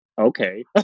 okay